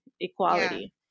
Equality